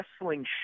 wrestling